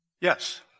Yes